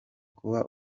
kuba